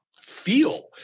feel